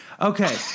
Okay